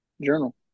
journal